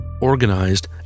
organized